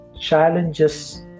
challenges